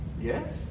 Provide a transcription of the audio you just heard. Yes